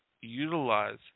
utilize